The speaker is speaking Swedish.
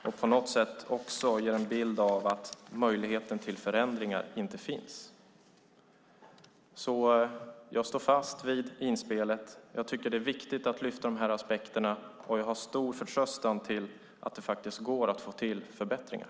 Det ger också på något sätt en bild av att möjligheten till förändringar inte finns. Jag står fast vid inspelet. Jag tycker att det är viktigt att lyfta fram de här aspekterna, och jag har stor förtröstan på att det faktiskt går att få till förbättringar.